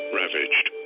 ravaged